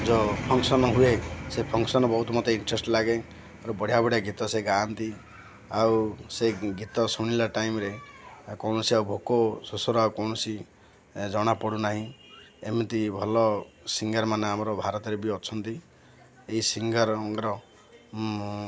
ଯେଉଁ ଫଙ୍କସନ ହୁଏ ସେ ଫଙ୍କସନ ବହୁତ ମୋତେ ଇଣ୍ଟରେଷ୍ଟ ଲାଗେ ବଢ଼ିଆ ବଢ଼ିଆ ଗୀତ ସେ ଗାଆନ୍ତି ଆଉ ସେ ଗୀତ ଶୁଣିଲା ଟାଇମରେ କୌଣସି ଆଉ ଭୋକ ଶୋଷର ଆଉ କୌଣସି ଜଣାପଡ଼ୁନାହିଁ ଏମିତି ଭଲ ସିଙ୍ଗରମାନେ ଆମର ଭାରତରେ ବି ଅଛନ୍ତି ଏଇ ସିଙ୍ଗରର